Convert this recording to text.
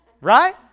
Right